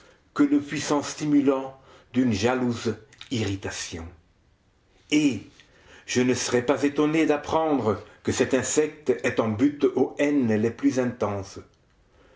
que le puissant stimulant d'une jalouse irritation et je ne serais pas étonné d'apprendre que cet insecte est en butte aux haines les plus intenses